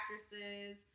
actresses